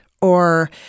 or-